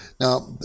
Now